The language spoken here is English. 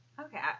Okay